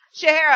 Shahara